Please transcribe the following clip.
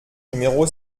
numéro